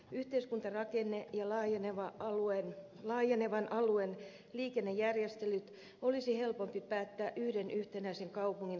yhteiskuntarakenne ja laajenevan alueen liikennejärjestelyt olisi helpompi päättää yhden yhtenäisen kaupungin luottamuselimessä